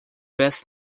best